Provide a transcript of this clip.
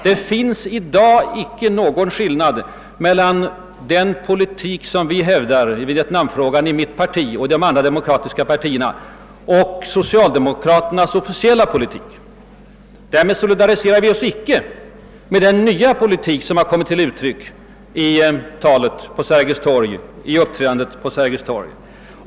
Det finns i dag icke någon skillnad mellan den politik i vietnamfrågan, som vi i mitt parti och som man i de andra demokratiska oppositionspartierna hävdar å ena sidan och socialdemokraternas officiella politik å andra sidan. Däremot solidariserar vi oss inte med den nya politik, som kommit till uttryck i uppträdandet och talet vid Sergels torg.